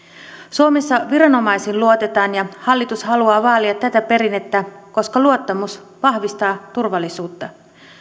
suomessa viranomaisiin luotetaan ja hallitus haluaa vaalia tätä perinnettä koska luottamus vahvistaa turvallisuutta